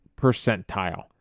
percentile